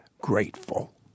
grateful